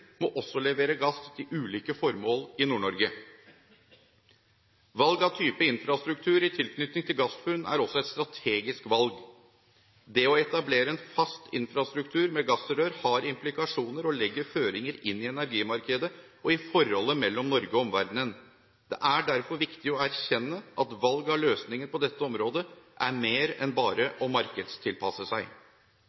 må også levere gass til ulike formål i Nord-Norge. Valg av type infrastruktur i tilknytning til gassfunn er også et strategisk valg. Det å etablere en fast infrastruktur med gassrør har implikasjoner og legger føringer inn i energimarkedet og i forholdet mellom Norge og omverdenen. Det er derfor viktig å erkjenne at valg av løsninger på dette området er mer enn bare